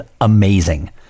amazing